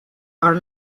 are